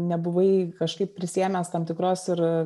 nebuvai kažkaip prisiėmęs tam tikros ir